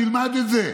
תלמד את זה,